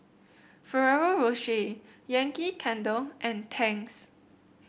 Ferrero Rocher Yankee Candle and Tangs